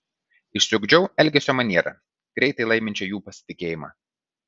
išsiugdžiau elgesio manierą greitai laiminčią jų pasitikėjimą